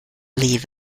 leave